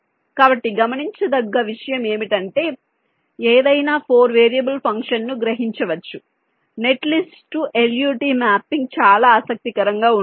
కాబట్టి గమనించదగ్గ విషయం ఏమిటంటే ఏదైనా 4 వేరియబుల్ ఫంక్షన్ను గ్రహించవచ్చు నెట్లిస్ట్ టు LUT మ్యాపింగ్ చాలా ఆసక్తికరంగా ఉంటుంది